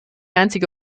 einzige